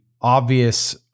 obvious